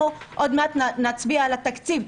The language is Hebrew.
אנחנו עוד מעט נצביע על התקציב.